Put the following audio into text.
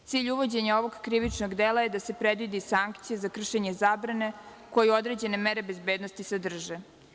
Cilj uvođenja ovog krivičnog dela je da se predvidi sankcija za kršenje zabrane koju određene mere bezbednosti sadrže.